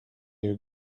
you